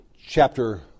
chapter